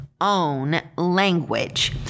language